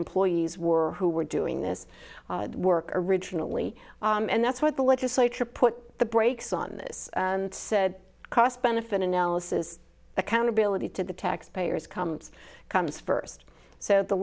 employees were who were doing this work originally and that's what the legislature put the brakes on this and said cost benefit analysis accountability to the taxpayers comes comes first so the